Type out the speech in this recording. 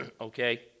okay